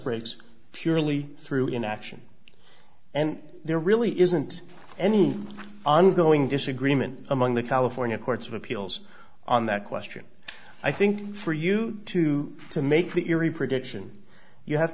respirators purely through inaction and there really isn't any ongoing disagreement among the california courts of appeals on that question i think for you to to make the eerie prediction you have